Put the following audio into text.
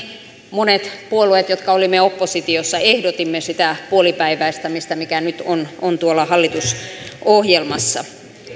monet puolueet jotka olimme oppositiossa ehdotimme sitä puolipäiväistämistä mikä nyt on on tuolla hallitusohjelmassa